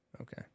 Okay